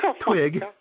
twig